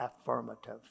affirmative